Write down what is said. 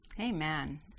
Amen